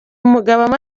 mugabo